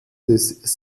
des